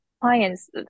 clients